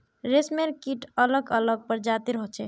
रेशमेर कीट अलग अलग प्रजातिर होचे